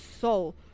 soul